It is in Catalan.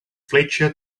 fletxa